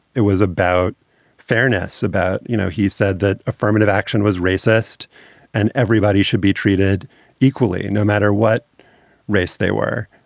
it was about fairness, about, you know, he said that affirmative action was racist and everybody should be treated equally no matter what race they were.